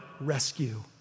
rescue